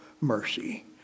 mercy